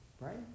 Right